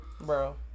Bro